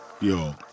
yo